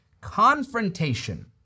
confrontation